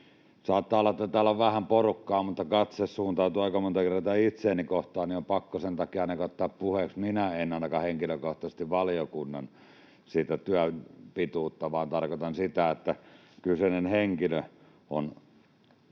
Saattaa olla, että täällä on vähän porukkaa, mutta kun katse suuntautui aika monta kertaa itseäni kohti, niin on pakko sen takia ainakin ottaa puheeksi: Minä en ainakaan henkilökohtaisesti tarkoittanut sitä valiokunnan työn pituutta, vaan tarkoitan sitä, että kyseinen henkilö on...